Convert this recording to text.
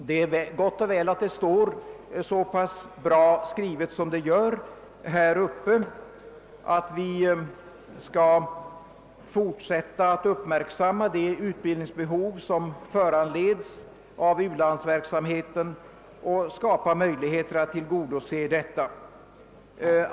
Det är gott och väl att det står så välvilligt skrivet som det gör i utlåtandet, att vi även i fortsättningen skall följa det utbildningsbehov som föranledes av u-landsverksamheten och skapa möjligheter att tillgodose detta.